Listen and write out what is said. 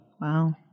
Wow